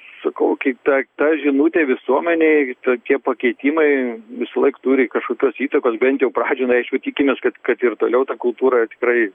sakau kai ta ta žinutė visuomenei tokie pakeitimai visąlaik turi kažkokios įtakos bent jau pradžioj na aišku tikimės kad kad ir toliau ta kultūra tikrai